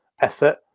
effort